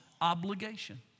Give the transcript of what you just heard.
obligation